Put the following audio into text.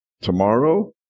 Tomorrow